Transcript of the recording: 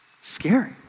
scary